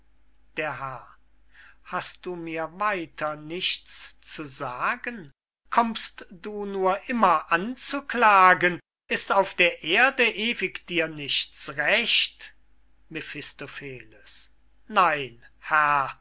der herr hast du mir weiter nichts zu sagen kommst du nur immer anzuklagen ist auf der erde ewig dir nichts recht mephistopheles nein